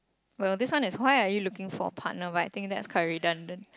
well this is one is why are you looking for a partner but I think that's quite redundant